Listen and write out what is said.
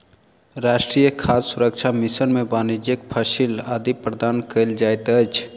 राष्ट्रीय खाद्य सुरक्षा मिशन में वाणिज्यक फसिल आदि प्रदान कयल जाइत अछि